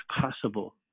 possible